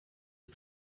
ich